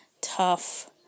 tough